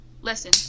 Listen